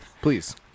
Please